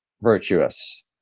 virtuous